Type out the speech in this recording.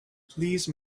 please